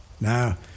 Now